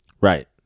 Right